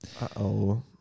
Uh-oh